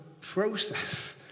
Process